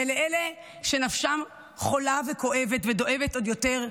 ולאלה שנפשם חולה וכואבת ודואבת עוד יותר בפרט,